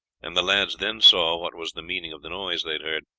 and the lads then saw what was the meaning of the noise they had heard.